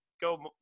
go